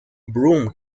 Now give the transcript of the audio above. broome